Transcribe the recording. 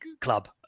club